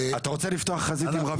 אתה רוצה לפתוח חזית עם...?